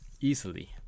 easily